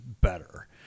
better